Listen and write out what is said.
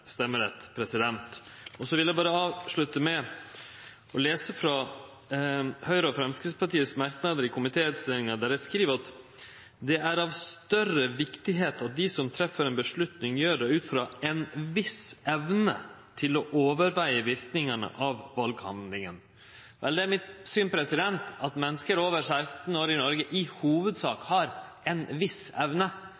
Så vil eg berre avslutte med å lese frå Høgre og Framstegspartiets merknader i komitéinnstillinga, der dei skriv: «Det er av større viktighet at de som treffer en beslutning gjør det ut fra en viss evne til å overveie virkningene av valghandlingen». Det er mitt syn at menneske over 16 år i Noreg i